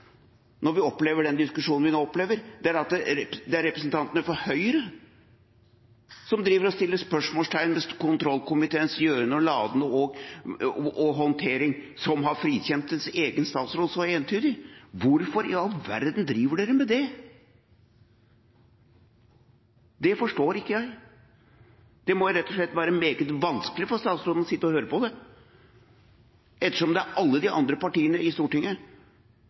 når vi opplever den diskusjonen vi nå opplever, er at det er representantene fra Høyre som driver og setter spørsmålstegn ved kontrollkomiteens gjøren og laden og håndtering, som har frikjent deres egen statsråd så entydig. Hvorfor i all verden driver de med det? Det forstår ikke jeg. Det må rett og slett være meget vanskelig for statsråden å sitte og høre på det, ettersom det er alle de andre partiene på Stortinget som sier at hun har håndtert det helt forbilledlig, som jeg sa i